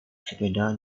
sepeda